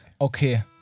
Okay